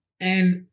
And-